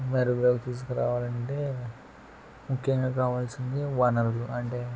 మెరుగులోకి తీసుకురావాలంటే ముఖ్యంగా కావాల్సింది వనరులు అంటే